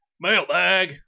Mailbag